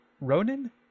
Ronan